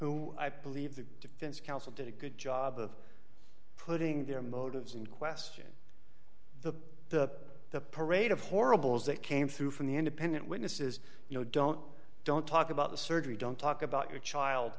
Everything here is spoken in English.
who i believe the defense counsel did a good job of putting their motives in question the the the parade of horribles that came through from the independent witnesses you know don't don't talk about the surgery don't talk about your child